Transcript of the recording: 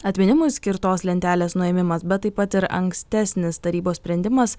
atminimui skirtos lentelės nuėmimas bet taip pat ir ankstesnis tarybos sprendimas